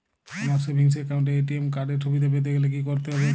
আমার savings account এ ATM card এর সুবিধা পেতে গেলে কি করতে হবে?